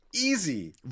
Easy